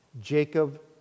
Jacob